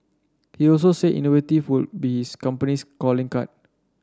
he also said innovated would be his company's calling card